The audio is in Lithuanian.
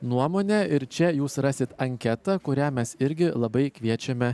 nuomone ir čia jūs rasit anketą kurią mes irgi labai kviečiame